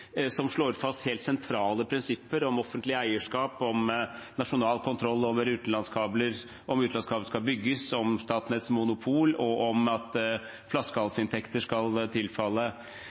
som slår fast helt sentrale prinsipper om offentlig eierskap, om nasjonal kontroll over utenlandskabler, om utenlandskabler skal bygges, om Statnetts monopol og om flaskehalsinntekter skal tilfalle